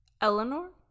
Eleanor